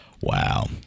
Wow